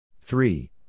Three